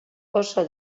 oso